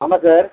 ஆமாம் சார்